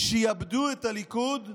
שעבדו את הליכוד,